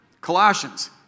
Colossians